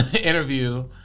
interview